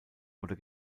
oder